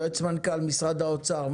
יועץ למנכ"ל משרד האוצר,